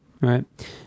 right